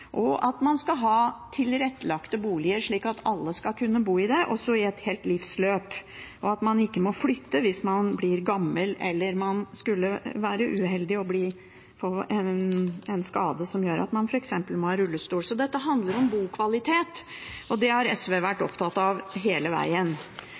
og at man skal ha tilrettelagte boliger, slik at alle skal kunne bo i dem, også i et helt livsløp, og at man ikke må flytte hvis man blir gammel eller man skulle være uheldig å få en skade som gjør at man f.eks. må ha rullestol. Så dette handler om bokvalitet, og det har SV vært